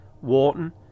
Wharton